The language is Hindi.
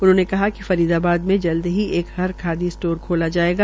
उन्होंने बताया कि फरीदाबाद में भी जल्द ही एक हर खादी स्टोर खोला जाएगा